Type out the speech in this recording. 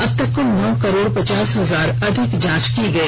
अब तक कुल नौ करोड़ पचास हजार अधिक जांच की गई